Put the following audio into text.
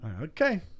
Okay